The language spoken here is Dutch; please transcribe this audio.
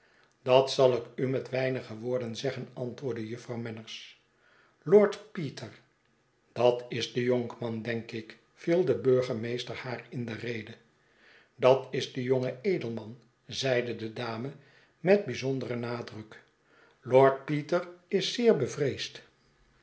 dat zal ik u met weinige woorden zeggen antwoordde jufvrouw manners lord peter dat is de jonkman denk ik viel de burgemeester haar in de rede dat is de jonge edelman zeide de dame met bijzonderen nadruk lord peter is zeer bevreesd